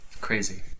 Crazy